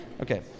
Okay